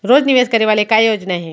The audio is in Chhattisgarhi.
रोज निवेश करे वाला का योजना हे?